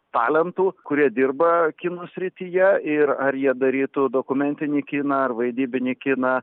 talentų kurie dirba kino srityje ir ar jie darytų dokumentinį kiną ar vaidybinį kiną